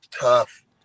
tough